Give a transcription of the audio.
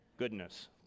goodness